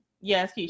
Yes